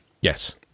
Yes